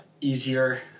easier